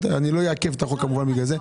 אני לא אעכב אתה חוק כמובן בגלל זה.